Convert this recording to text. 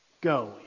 Go